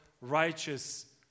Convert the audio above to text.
righteous